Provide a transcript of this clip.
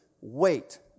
wait